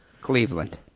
Cleveland